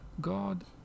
God